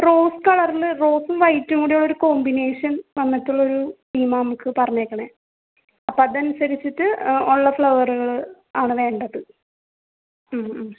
rose കളർല് റോസും വൈറ്റും കൂടെയുള്ളൊരു കോമ്പിനേഷൻ വന്നിട്ടുള്ളൊരു തീമാ നമുക്ക് പറഞ്ഞേക്കണത് അപ്പതൻസരിച്ചിട്ട് ഉള്ള ഫ്ളവറ്കൾ ആണ് വേണ്ടത്